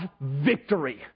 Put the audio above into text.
victory